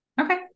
Okay